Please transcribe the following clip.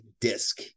disc